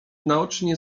naocznie